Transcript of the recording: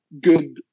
good